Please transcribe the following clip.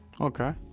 Okay